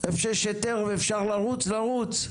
איפה שיש היתר ואפשר לרוץ, נרוץ.